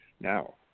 Now